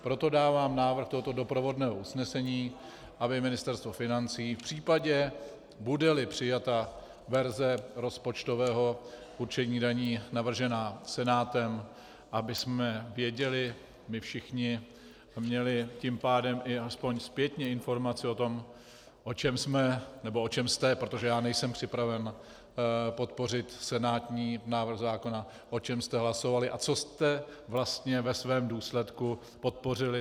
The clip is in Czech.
Proto dávám návrh tohoto doprovodného usnesení, aby Ministerstvo financí v případě, budeli přijata verze rozpočtového určení daní navržená Senátem, abychom věděli my všichni a měli tím pádem i aspoň zpětně informaci o tom, o čem jsme, nebo o čem jste, protože já nejsem připraven podpořit senátní návrh zákona, o čem jste hlasovali a co jste vlastně ve svém důsledku podpořili.